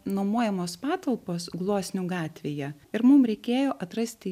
nuomojamos patalpos gluosnių gatvėje ir mum reikėjo atrasti